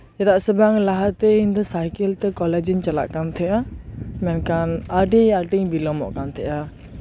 ᱪᱮᱫᱟᱜ ᱥᱮ ᱵᱟᱝ ᱞᱟᱦᱟᱛᱮ ᱤᱧ ᱫᱚ ᱥᱟᱭᱠᱮᱞ ᱛᱮ ᱠᱚᱞᱮᱡ ᱤᱧ ᱪᱟᱞᱟᱜ ᱠᱟᱱ ᱛᱟᱦᱮᱸᱫᱼᱟ ᱢᱮᱱᱠᱷᱟᱱ ᱟᱹᱰᱤ ᱟᱹᱰᱤᱧ ᱵᱤᱞᱚᱢᱚᱜ ᱠᱟᱱ ᱛᱟᱦᱮᱸᱫᱼᱟ